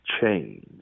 change